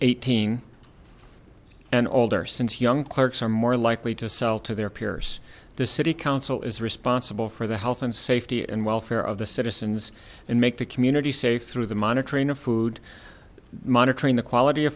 eighteen and older since young clerks are more likely to sell to their peers the city council is responsible for the health and safety and welfare of the citizens and make the community safe through the monitoring of food monitoring the quality of